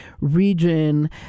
region